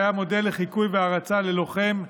שהיה מודל לחיקוי והערצה של לוחם,